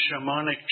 shamanic